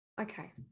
Okay